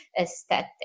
aesthetic